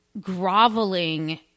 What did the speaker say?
groveling